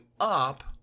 up